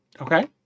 Okay